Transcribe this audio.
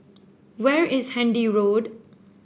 where is Handy Road